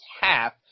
half